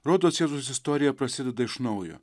rodos jėzaus istorija prasideda iš naujo